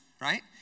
right